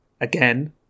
Again